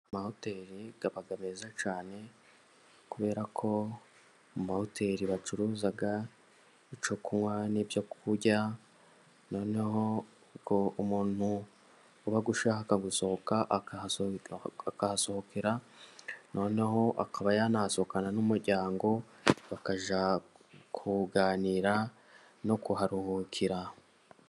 Amahoteli aba meza cyane, kubera ko mu mahoteli bacuruza icyo kunywa, n'ibyo kurya, noneho ubwo umuntu uba ushaka gusohoka akahasohokera, noneho akaba yanasohokana n'umuryango bakajya kuganira, no kuharuhukira.